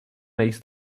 makes